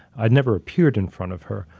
i'd never appeared in front of her.